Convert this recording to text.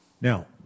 Now